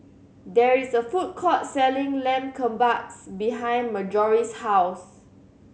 there is a food court selling Lamb Kebabs behind Marjorie's house